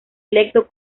electo